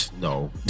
No